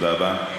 תודה רבה.